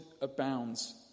abounds